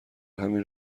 همین